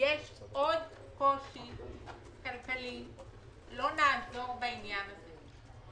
יש עוד קושי כלכלי, לא נעזור בעניין הזה.